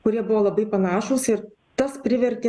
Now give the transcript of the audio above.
kurie buvo labai panašūs ir tas privertė